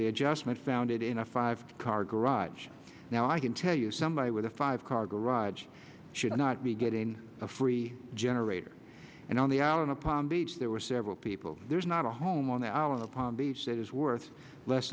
the adjustment found it in a five car garage now i can tell you somebody with a five car garage should not be getting a free generator and on the island of palm beach there were several people there's not a home on the island of palm beach that is worth less